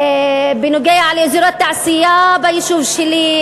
בנוגע לאזורי תעשייה ביישוב שלי,